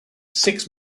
six